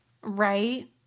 Right